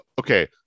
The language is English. okay